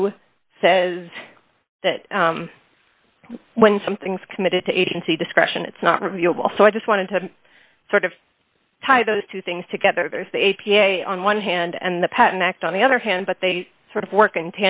two says that when something's committed to agency discretion it's not real well so i just wanted to sort of tie those two things together there's the a p a on one hand and the patent act on the other hand but they sort of work in